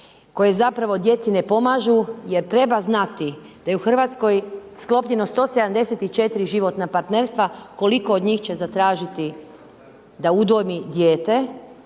koje zapravo djeci ne pomažu, jer treba znati da je u Hrvatskoj sklopljeno 174 životna partnerstva, koliko od njih će zatražiti da udomi dijete